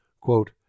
quote